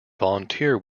volunteer